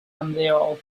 ymddeol